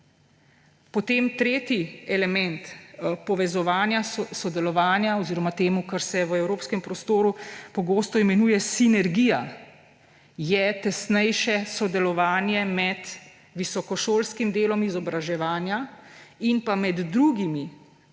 Potem tretji element povezovanja, sodelovanja oziroma tega, kar se v evropskem prostoru pogosto imenuje sinergija, je tesnejše sodelovanje med visokošolskim delom izobraževanje in med drugimi